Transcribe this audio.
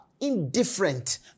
indifferent